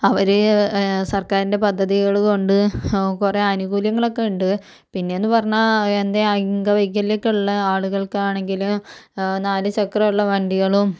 അവർ സർക്കാരിൻ്റെ പദ്ധതികൾ കൊണ്ട് കുറേ അനുകുല്യങ്ങളൊക്കെ ഉണ്ട് പിന്നെയെന്ന് പറഞ്ഞാൽ എന്തേ അംഗവൈകല്യം ഒക്കെ ഉള്ള ആളുകൾക്കാണെങ്കിൽ നാല് ചക്രം ഉള്ള വണ്ടികളും